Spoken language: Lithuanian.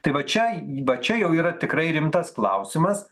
tai va čia va čia jau yra tikrai rimtas klausimas